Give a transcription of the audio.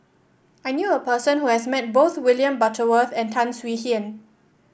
I knew a person who has met both William Butterworth and Tan Swie Hian